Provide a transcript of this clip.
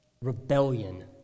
Rebellion